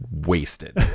wasted